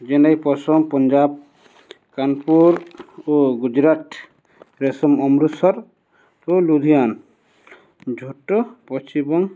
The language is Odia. ଜେନେ ପଶମ ପଞ୍ଜାବ କାନପୁର ଓ ଗୁଜୁରାଟ ରେଶମ ଅମୃତସର ଓ ଲୁଧିଆନ ଝୋଟ ପଶ୍ଚିମବଙ୍ଗ